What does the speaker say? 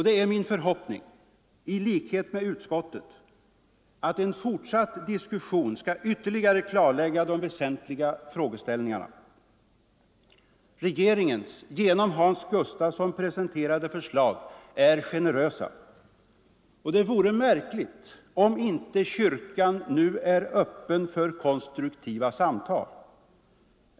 Det är min förhoppning, i likhet med utskottets, att en fortsatt diskussion ytterligare skall klarlägga de väsentliga frågeställningarna. Regeringens genom statsrådet Hans Gustafsson presenterade förslag är generösa. Det vore märkligt om inte kyrkan nu är öppen för konstruktiva samtal.